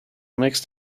mixed